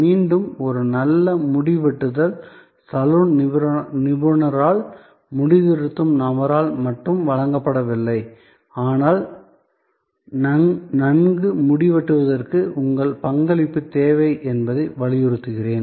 மீண்டும் ஒரு நல்ல முடி வெட்டுதல் சலூன் நிபுணரால் முடிதிருத்தும் நபரால் மட்டும் வழங்கப்படவில்லை ஆனால் நன்கு முடி வெட்டுவதற்கு உங்கள் பங்களிப்பு தேவை என்பதை வலியுறுத்துகிறேன்